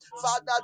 Father